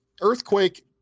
earthquake